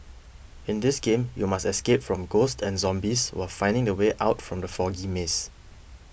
in this game you must escape from ghosts and zombies while finding the way out from the foggy maze